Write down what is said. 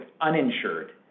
uninsured